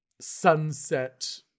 sunset